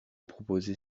proposer